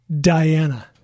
Diana